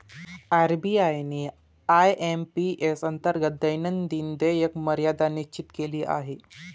RBI ने IMPS अंतर्गत दैनंदिन देयक मर्यादा निश्चित केली आहे